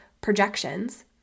projections